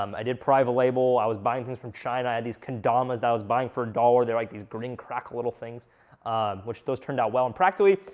um i did private label i was buying things from china i had these kendamas that i was buying for a dollar they're like these green crack little things which, those turned out well and practically,